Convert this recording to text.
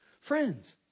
Friends